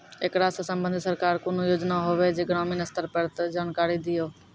ऐकरा सऽ संबंधित सरकारक कूनू योजना होवे जे ग्रामीण स्तर पर ये तऽ जानकारी दियो?